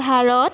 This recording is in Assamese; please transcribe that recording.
ভাৰত